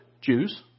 Jews